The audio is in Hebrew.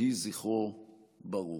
יהי זכרו ברוך.